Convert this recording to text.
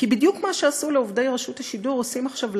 כי בדיוק מה שעשו לעובדי רשות השידור עושים עכשיו להם,